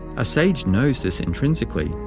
a sage knows this intrinsically,